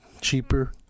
cheaper